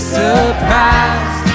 surprised